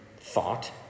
thought